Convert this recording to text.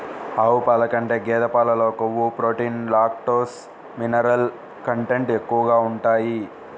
ఆవు పాల కంటే గేదె పాలలో కొవ్వు, ప్రోటీన్, లాక్టోస్, మినరల్ కంటెంట్ ఎక్కువగా ఉంటాయి